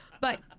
But-